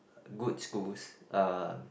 good schools uh